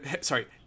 sorry